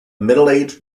middleaged